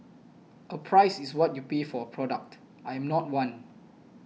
a price is what you pay for a product I am not one